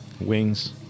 Wings